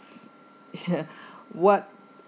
[what]